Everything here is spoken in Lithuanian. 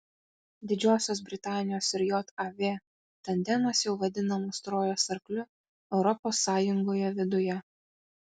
didžiosios britanijos ir jav tandemas jau vadinamas trojos arkliu europos sąjungoje viduje